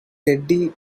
teddy